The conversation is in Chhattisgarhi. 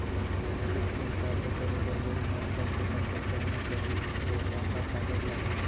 शैक्षिक ऋण प्राप्त करे बर मोर उमर कम से कम कतका होना चाहि, अऊ का का कागज लागही?